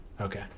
Okay